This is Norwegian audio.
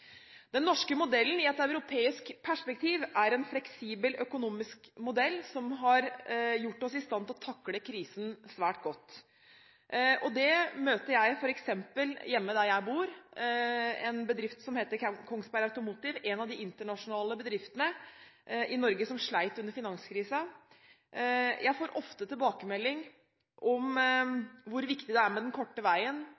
Den norske modellen i et europeisk perspektiv er en fleksibel økonomisk modell som har gjort oss i stand til å takle krisen svært godt. Det møter jeg f.eks. hjemme der jeg bor. Det gjelder en bedrift som heter Kongsberg Automotive, en av de internasjonale bedriftene i Norge som slet under finanskrisen. Jeg får ofte tilbakemelding om